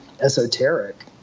esoteric